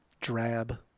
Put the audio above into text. drab